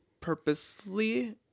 purposely